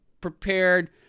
prepared